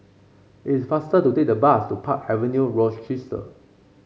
is faster to take the bus to Park Avenue Rochester